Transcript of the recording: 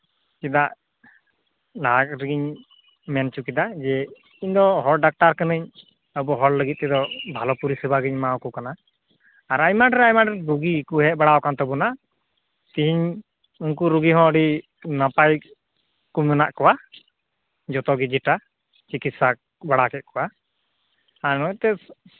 ᱪᱮᱫᱟᱜ ᱞᱟᱦᱟ ᱨᱮᱜᱤᱧ ᱢᱮᱱ ᱦᱚᱪᱚ ᱠᱮᱫᱟ ᱤᱧᱫᱚ ᱦᱚᱲ ᱰᱟᱠᱛᱟᱨ ᱠᱟᱹᱱᱟᱹᱧ ᱟᱵᱚ ᱦᱚᱲ ᱞᱟᱹᱜᱤᱫ ᱛᱮᱫᱚ ᱵᱷᱟᱹᱜᱤ ᱯᱚᱨᱤᱥᱮᱵᱟ ᱜᱤᱧ ᱮᱢᱟ ᱠᱚ ᱠᱟᱱᱟ ᱟᱨ ᱟᱭᱢᱟ ᱰᱨᱟᱭᱵᱷᱟᱨ ᱨᱩᱜᱤ ᱠᱚ ᱦᱮᱡ ᱵᱟᱲᱟ ᱟᱠᱟᱱ ᱛᱟᱳᱱᱟ ᱛᱮᱦᱤᱧ ᱩᱱᱠᱩ ᱨᱩᱜᱤ ᱦᱚᱸ ᱟᱹᱰᱤ ᱱᱟᱯᱟᱭ ᱢᱮᱱᱟᱜ ᱠᱚᱣᱟ ᱡᱚᱛᱚᱜᱮ ᱡᱮᱴᱟ ᱪᱤᱠᱤᱛᱥᱟ ᱵᱟᱲᱟ ᱠᱮᱫ ᱠᱚᱣᱟ ᱟᱢᱦᱚᱸ ᱮᱛᱤᱭᱮᱵ